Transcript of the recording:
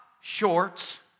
shorts